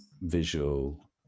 visual